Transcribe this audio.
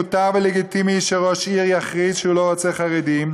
מותר ולגיטימי שראש עיר יכריז שהוא לא רוצה חרדים.